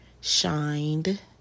shined